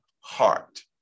heart